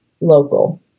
local